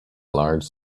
large